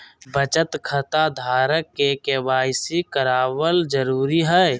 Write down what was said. बचत खता धारक के के.वाई.सी कराबल जरुरी हइ